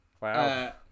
Wow